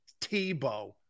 Tebow